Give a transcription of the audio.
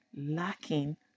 lacking